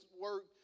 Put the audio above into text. work